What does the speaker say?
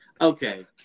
okay